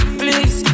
please